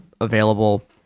available